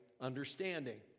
understanding